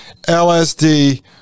LSD